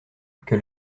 que